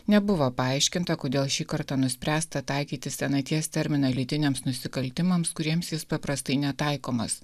nebuvo paaiškinta kodėl šį kartą nuspręsta taikyti senaties terminą lytiniams nusikaltimams kuriems jis paprastai netaikomas